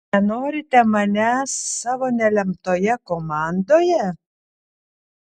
nenorite manęs savo nelemtoje komandoje